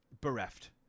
bereft